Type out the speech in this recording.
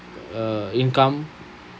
uh income